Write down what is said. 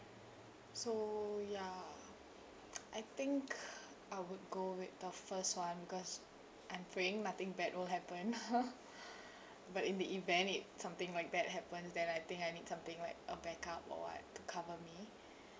so ya I think I would go with the first one because I'm praying nothing bad will happen but in the event if something like that happen then I think I need something like a backup or what to cover me